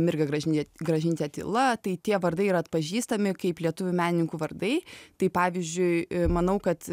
mirga gražinytė gražinytė tyla tai tie vardai ir atpažįstami kaip lietuvių menininkų vardai tai pavyzdžiui manau kad